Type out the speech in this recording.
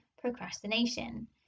procrastination